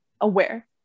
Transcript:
aware